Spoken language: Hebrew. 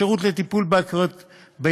השירות לטיפול בהתמכרויות,